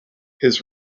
his